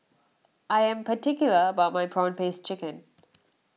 I am particular about my Prawn Paste Chicken